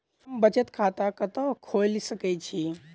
हम बचत खाता कतऽ खोलि सकै छी?